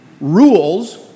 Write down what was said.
rules